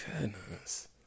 goodness